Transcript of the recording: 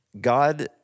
God